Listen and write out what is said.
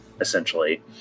essentially